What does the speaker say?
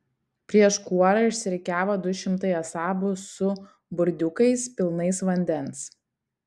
prieš kuorą išsirikiavo du šimtai asabų su burdiukais pilnais vandens